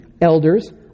elders